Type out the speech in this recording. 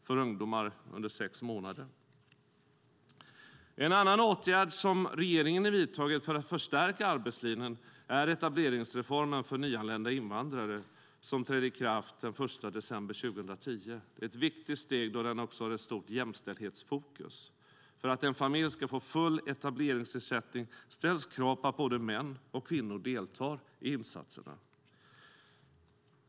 För ungdomar gäller att man ska ha saknat arbete under sex månader. En annan åtgärd som regeringen har vidtagit för att förstärka arbetslinjen är etableringsreformen för nyanlända invandrare som trädde i kraft den 1 december 2010. Den är ett viktigt steg då den har ett stort jämställdhetsfokus. För att en familj ska få full etableringsersättning ställs krav på att både män och kvinnor deltar i insatserna.